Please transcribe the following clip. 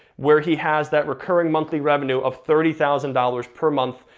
where he has that recurring monthly revenue of thirty thousand dollars per month,